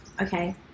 okay